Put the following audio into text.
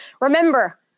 Remember